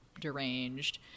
deranged